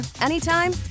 anytime